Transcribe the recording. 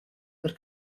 per